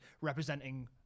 representing